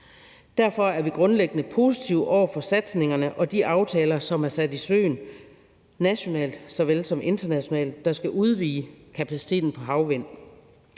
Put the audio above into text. Derfor er vi grundlæggende positive over for satsningerne og de aftaler, som er sat i søen nationalt såvel som internationalt, der skal udvide kapaciteten for havvind.